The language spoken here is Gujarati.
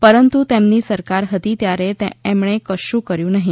પરંતુ તેમની સરકાર હતી ત્યારે એમણે કશુ કર્યુ નહી